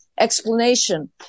explanation